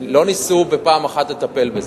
לא ניסו בפעם אחת לטפל בזה.